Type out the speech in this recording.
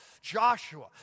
Joshua